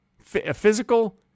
Physical